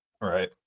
Right